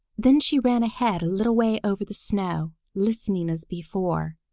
then she ran ahead a little way over the snow, listening as before.